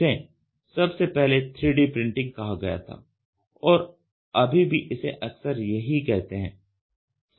इसे सबसे पहले 3D प्रिंटिंग कहा गया था और अभी भी इसे अक्सर यही कहते हैं